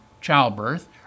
childbirth